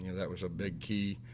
you know that was a big key,